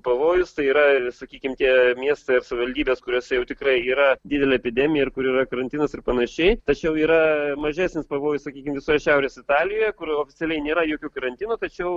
pavojus tai yra sakykim tie miestai ar savivaldybės kuriose jau tikrai yra didelė epidemija ir kur yra karantinas ir panašiai tačiau yra mažesnis pavojus sakykim visoj šiaurės italijoje kur oficialiai nėra jokių karantinų tačiau